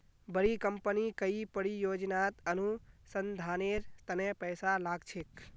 बड़ी कंपनी कई परियोजनात अनुसंधानेर तने पैसा लाग छेक